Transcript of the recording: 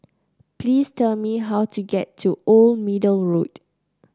please tell me how to get to Old Middle Road